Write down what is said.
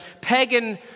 pagan